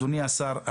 אדוני השר,